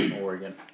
Oregon